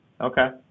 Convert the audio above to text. Okay